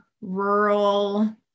rural